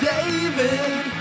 David